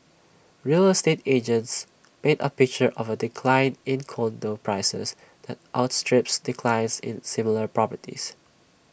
real estate agents paint A picture of A decline in condo prices that outstrips declines in similar properties